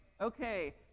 okay